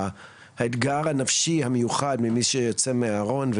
והאתגר הנפשי המיוחד למי שיוצא מהארון,